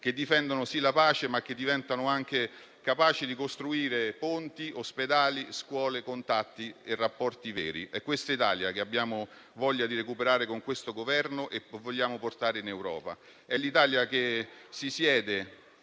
che difendono, sì, la pace, ma che diventano anche capaci di costruire ponti, ospedali, scuole, contatti e rapporti veri. È questa Italia che abbiamo voglia di recuperare con questo Governo e che vogliamo portare in Europa. È l'Italia che si siede